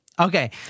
Okay